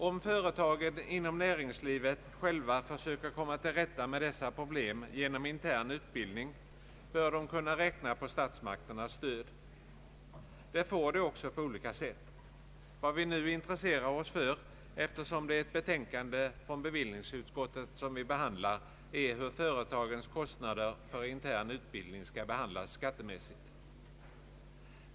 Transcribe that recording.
Om företagen inom näringslivet själva försöker komma till rätta med dessa problem genom intern utbildning, bör de kunna räkna på statsmakternas stöd. Det får de också på olika sätt. Vad vi nu intresserar oss för — eftersom det är ett betänkande från bevillningsutskottet som vi behandlar är hur fö retagens kostnader för intern utbildning skall behandlas skattemässigt.